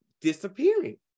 disappearing